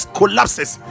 collapses